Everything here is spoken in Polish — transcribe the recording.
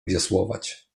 wiosłować